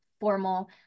formal